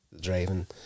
driving